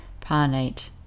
Parnate